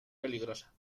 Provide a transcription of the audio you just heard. peligrosa